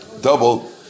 double